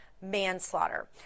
manslaughter